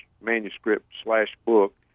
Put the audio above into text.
manuscript-slash-book